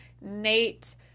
Nate